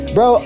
Bro